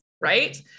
right